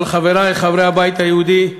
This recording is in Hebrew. אבל, חברי חברי הבית היהודי,